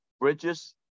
bridges